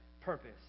purpose